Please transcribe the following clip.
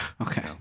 Okay